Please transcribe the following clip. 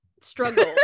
struggle